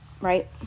right